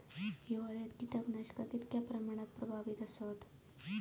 हिवाळ्यात कीटकनाशका कीतक्या प्रमाणात प्रभावी असतत?